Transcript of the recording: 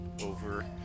over